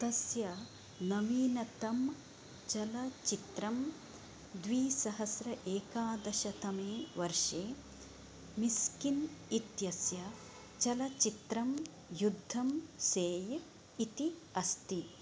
तस्य नवीनतं चलच्चित्रं द्विसहस्र एकादशतमे वर्षे मिस्किन् इत्यस्य चलच्चित्रं युद्धं सेय इति अस्ति